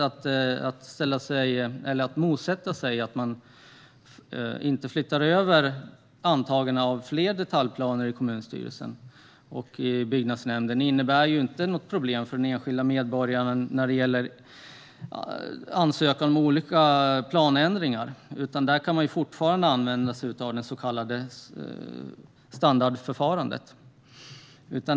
Att flytta över beslut om antagande av fler detaljplaner från kommunstyrelse och byggnadsnämnd innebär inte något problem för den enskilda medborgaren när det gäller att ansöka om olika planändringar, utan där kan man fortfarande använda sig av det så kallade standardförfarandet.